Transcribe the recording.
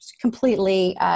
completely